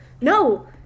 No